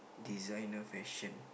designer fashion